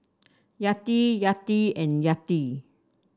Yati Yati and Yati